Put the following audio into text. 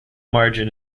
margin